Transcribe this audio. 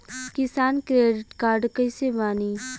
किसान credit card कइसे बानी?